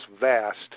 vast